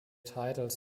titles